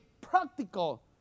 practical